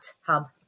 Hub